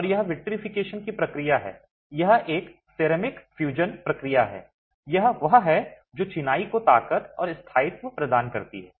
और यह विट्रिफिकेशन की प्रक्रिया है यह एक सिरेमिक फ्यूजन प्रक्रिया है यह वह है जो चिनाई को ताकत और स्थायित्व प्रदान करती है